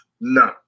No